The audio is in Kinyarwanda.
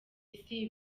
isi